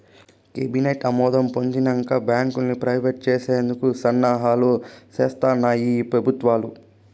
cabinet ఆమోదం పొందినంక బాంకుల్ని ప్రైవేట్ చేసేందుకు సన్నాహాలు సేస్తాన్నాయి ఈ పెబుత్వాలు